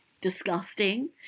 disgusting